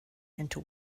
into